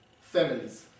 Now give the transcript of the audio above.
families